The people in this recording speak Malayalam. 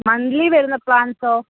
മന്ത്ലി വരുന്ന പ്ലാൻസോ